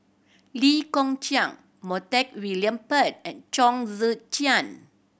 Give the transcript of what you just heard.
Lee Kong Chian Montague William Pett and Chong Tze Chien